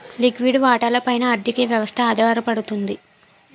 లిక్విడి వాటాల పైన ఆర్థిక వ్యవస్థ ఆధారపడుతుంది